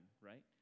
right